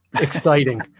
exciting